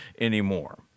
anymore